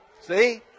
See